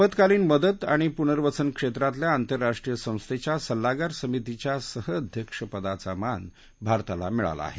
आप्तकालीन मदत आणि पुर्नवसन क्षेत्रातल्या आंतरराष्टीय संस्थेच्या सल्लागार समितीच्या सहअध्यक्षपदाचा मान भारताला मिळाला आहे